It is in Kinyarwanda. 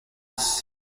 isi